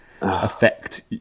affect